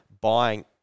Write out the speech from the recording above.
buying